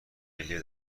ملی